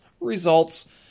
results